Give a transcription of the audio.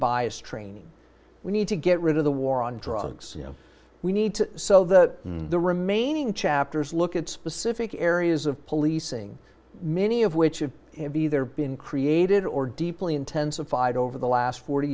bias training we need to get rid of the war on drugs we need to so that the remaining chapters look at specific areas of policing many of which have have either been created or deeply intensified over the last forty